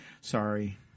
Sorry